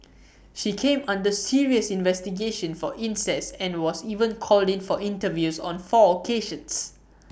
she came under serious investigation for incest and was even called in for interviews on four occasions